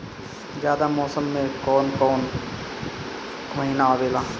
जायद मौसम में कौन कउन कउन महीना आवेला?